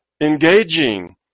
engaging